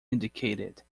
indicated